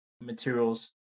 materials